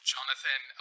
Jonathan